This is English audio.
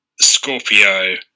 Scorpio